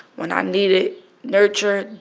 when i needed nurturing,